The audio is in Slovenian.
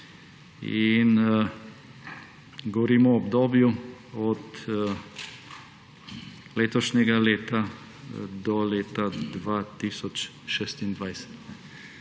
Govorimo o obdobju od letošnjega leta do leta 2026.